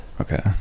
okay